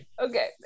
okay